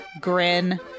Grin